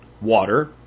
water